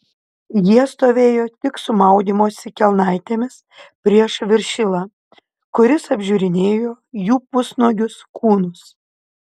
jie stovėjo tik su maudymosi kelnaitėmis prieš viršilą kuris apžiūrinėjo jų pusnuogius kūnus